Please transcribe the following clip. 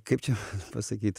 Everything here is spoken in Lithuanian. kaip čia pasakyt